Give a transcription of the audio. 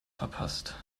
verpasst